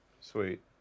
Sweet